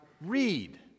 read